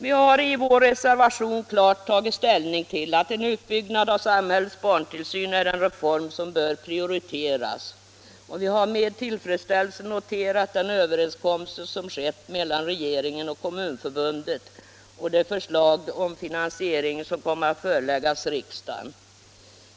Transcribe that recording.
Vi har i reservation 3 klart tagit ställning till att en utbyggnad av samhällets barntillsyn är den reform som bör prioriteras, och vi har med tillfredsställelse noterat en överenskommelse som träffats mellan regeringen och Kommunförbundet och det förslag om finansieringen som kommer att föreläggas riksdagen.